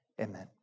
Amen